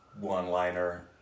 one-liner